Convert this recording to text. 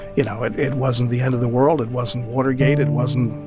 you know, it it wasn't the end of the world. it wasn't watergate. it wasn't,